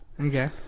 Okay